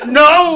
no